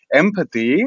empathy